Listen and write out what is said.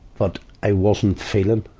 but i wasn't feeling.